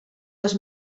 dels